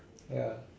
ya